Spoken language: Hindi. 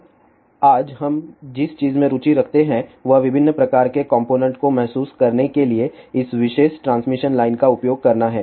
अब आज हम जिस चीज में रुचि रखते हैं वह विभिन्न प्रकार के कॉम्पोनेन्ट को महसूस करने के लिए इस विशेष ट्रांसमिशन लाइन का उपयोग करना है